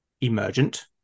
emergent